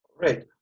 Right